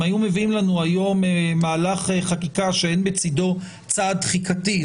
אם היו מביאים לנו היום מהלך חקיקה שאין בצדו צעד תחיקתי,